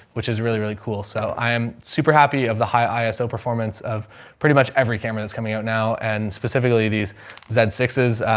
which is really, really cool. so i am super happy of the high iso so performance of pretty much every camera that's coming out now and specifically these zed sixes,